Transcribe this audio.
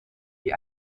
wie